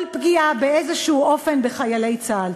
כל פגיעה באיזה אופן בחיילי צה"ל.